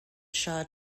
shah